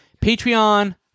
Patreon